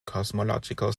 cosmological